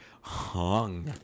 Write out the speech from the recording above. hung